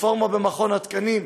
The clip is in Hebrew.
הרפורמה במכון התקנים,